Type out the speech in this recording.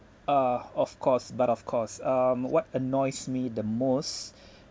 ah of course but of course um what annoys me the most